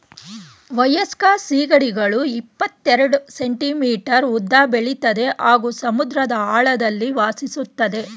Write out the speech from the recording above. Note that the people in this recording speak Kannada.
ವಯಸ್ಕ ಸೀಗಡಿಗಳು ಇಪ್ಪತೆರೆಡ್ ಸೆಂಟಿಮೀಟರ್ ಉದ್ದ ಬೆಳಿತದೆ ಹಾಗೂ ಸಮುದ್ರದ ಆಳದಲ್ಲಿ ವಾಸಿಸ್ತದೆ